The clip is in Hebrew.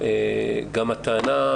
גם הטענה,